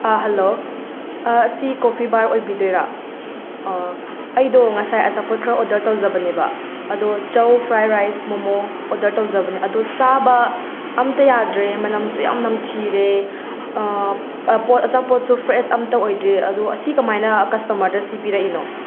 hello ꯑꯁꯤ coffee bar ꯑꯣꯏꯕꯤꯗꯣꯏꯔꯥ ꯑꯥ ꯑꯩꯗꯣ ꯉꯁꯥꯏ ꯑꯆꯥꯄꯣꯠ ꯈꯔ ꯑꯣꯗꯔ ꯇꯧꯖꯕꯅꯦꯕ ꯑꯗꯣ chow fried rice momo order ꯇꯧꯖꯕꯅꯦ ꯑꯗꯣ ꯆꯥꯕ ꯑꯝꯇ ꯌꯥꯗ꯭ꯔꯦ ꯃꯅꯝꯁꯨ ꯌꯥꯝꯅ ꯅꯝꯊꯤꯔꯦ ꯄꯣꯠ ꯑꯆꯥꯄꯣꯠꯁꯨ ꯐ꯭ꯔꯦꯁ ꯑꯝꯇ ꯑꯣꯏꯗ꯭ꯔꯦ ꯑꯗꯨ ꯑꯁꯤ ꯀꯃꯥꯏꯅ ꯀꯁꯇꯃꯔꯗ ꯁꯤ ꯄꯤꯔꯛꯏꯅꯣ